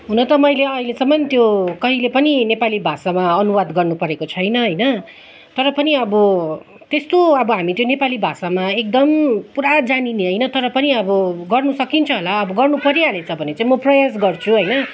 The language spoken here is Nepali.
हुन त मैले अहिलेसम्म त्यो कहिले पनि नेपाली भाषामा अनुवाद गर्नु परेको छैन होइन तर पनि अब त्यस्तो अब हामी चाहिँ नेपाली भाषामा एकदम पुरा जानिने होइन तर पनि अब गर्नु सकिन्छ होला अब गर्नु परिहालेछ भने चाहिँ म प्रयास गर्छु होइन